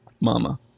Mama